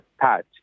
touch